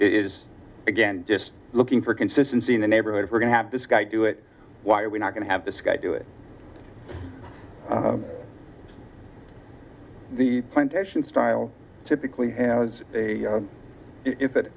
is again just looking for consistency in the neighborhood if we're going to have this guy do it why are we not going to have this guy do it the plantation style typically has a